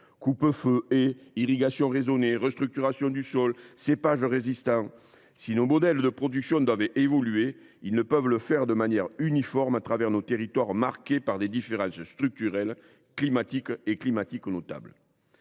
Coupe feux, haies, irrigation raisonnée, restructuration du sol, cépages résistants… : si nos modèles de production doivent évoluer, cela ne pourra se faire de manière uniforme, nos territoires étant marqués par des différences structurelles et climatiques notables.